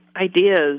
ideas